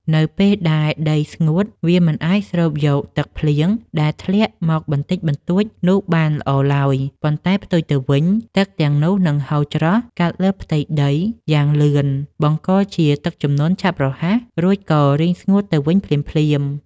នៅពេលដែលដីស្ងួត វាមិនអាចស្រូបយកទឹកភ្លៀងដែលធ្លាក់មកបន្តិចបន្តួចនោះបានល្អឡើយ ប៉ុន្តែផ្ទុយទៅវិញ ទឹកទាំងនោះនឹងហូរច្រោះកាត់លើផ្ទៃដីយ៉ាងលឿន បង្កជាទឹកជំនន់ឆាប់រហ័ស រួចក៏រីងស្ងួតទៅវិញភ្លាមៗ។